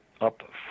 up